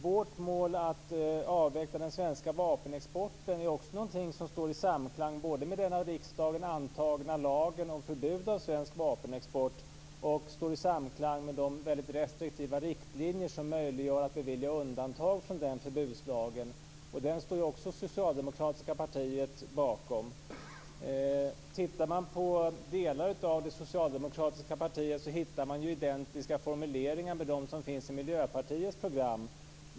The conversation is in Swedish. Vårt mål att avveckla den svenska vapenexporten är också någonting som står i samklang både med den av riksdagen antagna lagen om förbud mot vapenexport och med de restriktiva riktlinjer som möjliggör att bevilja undantag från den förbudslagen. Den står också det socialdemokratiska partiet bakom. Tittar man på delar av det socialdemokratiska partiet hittar man identiska formuleringar med dem som finns i Miljöpartiets program.